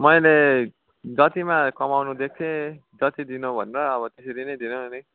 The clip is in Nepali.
मैले जतिमा कमाउनु दिएको थिएँ जति दिनु भनेर अब त्यसरी नै दिनु न नि